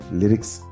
lyrics